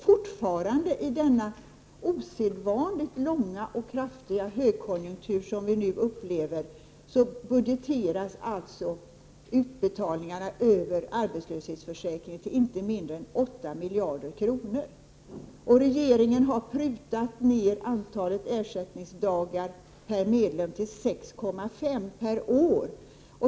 Fortfarande, i den osedvanligt långa och kraftiga högkonjunktur som vi nu upplever, budgeteras alltså utbetalningarna över arbetslöshetsförsäkringen till inte mindre än 8 miljarder kronor. Regeringen har prutat ned antalet ersättningsdagar per medlem till 6,5 per år.